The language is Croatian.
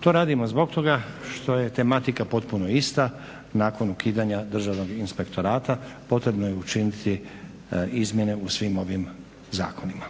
To radimo zbog toga što je tematika potpuno ista nakon ukidanja Državnog inspektorata potrebno je učiniti izmjene u svim ovim zakonima.